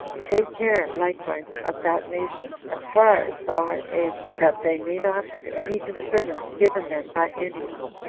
take care likewise of that nation, as far as thou art able, that they may not have any disturbance given them by any one.